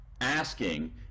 asking